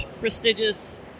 prestigious